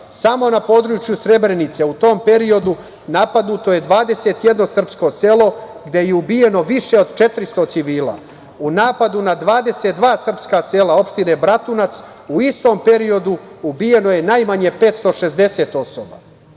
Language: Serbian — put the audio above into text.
Samo na području Srebrenice u tom periodu napadnuto je 21 srpsko selo, gde je ubijeno više od 400 civila. U napadu na 22 srpska sela opštine Bratunac u istom periodu ubijeno je najmanje 560 osoba. Na